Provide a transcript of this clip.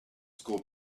school